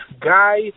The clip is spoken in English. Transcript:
Guy